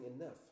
enough